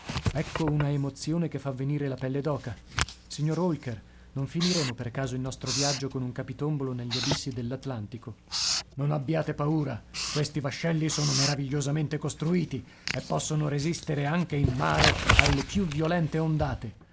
ecco una emozione che fa venire la pelle d'oca signor holker non finiremo per caso il nostro viaggio con un capitombolo negli abissi dell'atlantico non abbiate paura questi vascelli sono meravigliosamente costruiti e possono resistere anche in mare alle più violente ondate